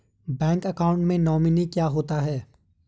Bank account में nominee क्या होता है?